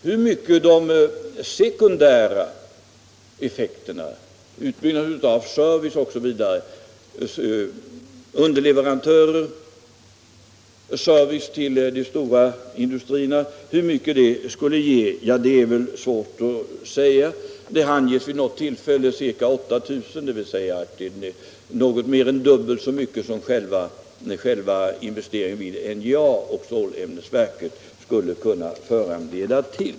Hur stor sysselsättning de sekundära effekterna — utbyggnad av service, underleverantörer, service till de stora industrierna osv. — skulle ge är väl svårt att säga. Det har vid något tillfälle angivits ca 8 000, dvs. något mer än dubbelt så mycket som själva investeringen vid NJA och stålämnesverket skulle kunna föranleda.